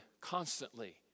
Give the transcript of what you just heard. constantly